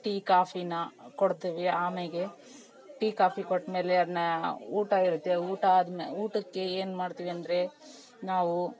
tea ಕಾಫಿನ ಕೊಡ್ತೀವಿ ಆಮ್ಯಾಗೆ ಟೀ ಕಾಫಿ ಕೊಟ್ಟ ಮೇಲೆ ಅದನ್ನ ಊಟ ಇರುತ್ತೆ ಊಟ ಆದ್ಮೇಲೆ ಊಟಕ್ಕೆ ಏನು ಮಾಡ್ತೀವಿ ಅಂದರೆ ನಾವೂ